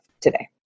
today